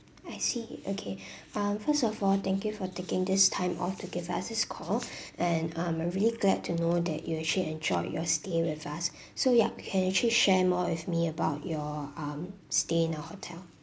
I see okay um first of all thank you for taking this time off to give us this call and um we're really glad to know that you actually enjoy your stay with us so yup you can actually share more with me about your um stay in the hotel